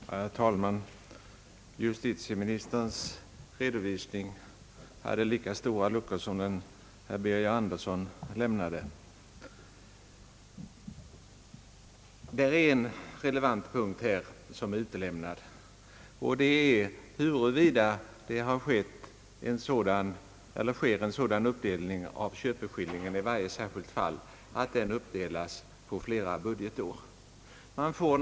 Herr talman! Justitieministerns redovisning hade lika stora luckor som herr Birger Anderssons. Det är en relevant punkt som han utelämnar, och det är huruvida köpeskillingen i varje särskilt fall uppdelas på flera budgetår.